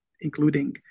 including